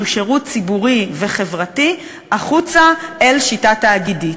שהוא שירות ציבורי וחברתי, החוצה אל שיטה תאגידית.